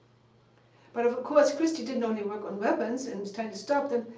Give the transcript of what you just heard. but of course, christy didn't only work on weapons and trying to stop them.